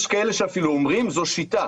יש כאלה שאפילו אומרים: זו שיטה,